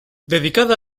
dedicada